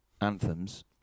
anthems